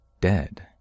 dead